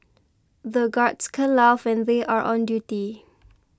the guards can't laugh when they are on duty